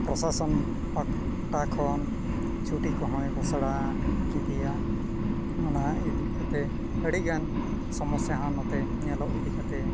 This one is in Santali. ᱯᱨᱚᱥᱟᱥᱚᱱ ᱯᱟᱦᱴᱟ ᱠᱷᱚᱱ ᱪᱷᱩᱴᱤ ᱠᱚᱦᱚᱸᱭ ᱜᱷᱳᱥᱱᱟ ᱤᱫᱤᱭᱟ ᱚᱱᱟ ᱤᱫᱤ ᱠᱟᱛᱮᱫ ᱟᱹᱰᱤᱜᱟᱱ ᱥᱚᱢᱚᱥᱥᱟ ᱦᱚᱸ ᱱᱚᱛᱮ ᱧᱮᱞᱚᱜ ᱤᱫᱤ ᱠᱟᱛᱮᱫ